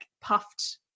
puffed